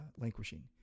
languishing